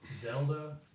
Zelda